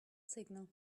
signal